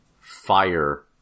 fire